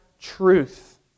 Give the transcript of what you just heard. truth